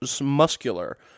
muscular